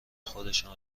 خودشان